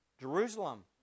Jerusalem